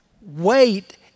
Wait